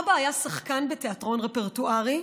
אבא היה שחקן בתיאטרון רפרטוארי,